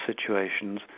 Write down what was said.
situations